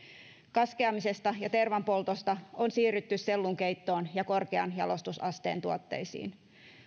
kaskeamisesta ja tervanpoltosta on siirrytty sellunkeittoon ja korkean jalostusasteen tuotteisiin